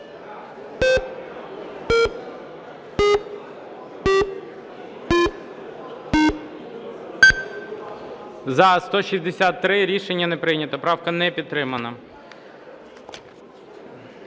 За-163 Рішення не прийнято. Правка не підтримана.